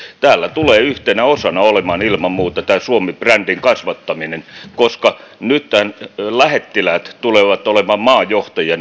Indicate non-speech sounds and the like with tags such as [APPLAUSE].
täällä tulee yhtenä osana olemaan ilman muuta suomi brändin kasvattaminen koska nythän lähettiläät tulevat olemaan maajohtajia [UNINTELLIGIBLE]